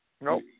Nope